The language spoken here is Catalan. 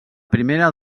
primera